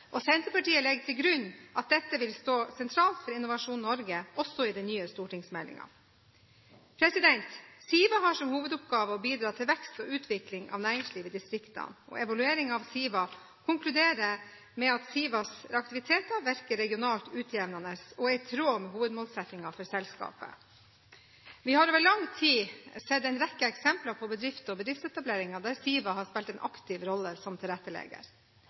og Senterpartiet legger til grunn at dette vil stå sentralt for Innovasjon Norge også i den nye stortingsmeldingen. SIVA har som hovedoppgave å bidra til vekst og utvikling av næringslivet i distriktene, og evalueringen av SIVA konkluderer med at SIVAs aktiviteter virker regionalt utjevnende og er i tråd med hovedmålsettingen for selskapet. Vi har over lang tid sett en rekke eksempler på bedrifter og bedriftsetableringer der SIVA har spilt en aktiv rolle som tilrettelegger.